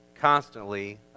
constantly